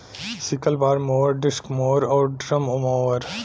sickle bar mower, disc mower आउर drum mower